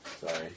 Sorry